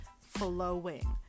flowing